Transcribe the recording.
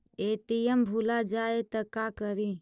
ATM भुला जाये त का करि?